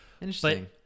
Interesting